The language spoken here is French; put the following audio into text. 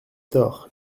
tort